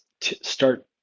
start